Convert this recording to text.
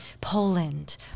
Poland